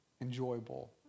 enjoyable